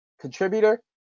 contributor